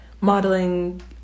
modeling